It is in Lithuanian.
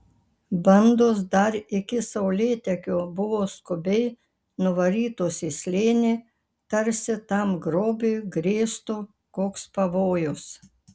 bandos dar iki saulėtekio buvo skubiai nuvarytos į slėnį tarsi tam grobiui grėstų koks pavojus